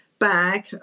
Bag